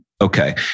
Okay